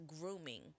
grooming